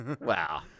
Wow